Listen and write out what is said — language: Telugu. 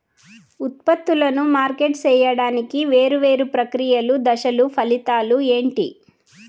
ఉత్పత్తులను మార్కెట్ సేయడానికి వేరువేరు ప్రక్రియలు దశలు ఫలితాలు ఏంటి?